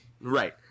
Right